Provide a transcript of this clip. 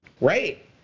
Right